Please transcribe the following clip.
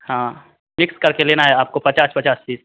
हाँ पीस कर के लेना है आपको पचास पचास पीस